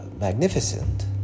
magnificent